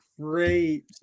great